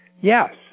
yes